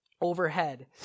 overhead